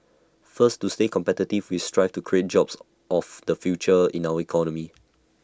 first to stay competitive we strive to create jobs of the future in our economy